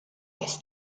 kes